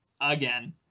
again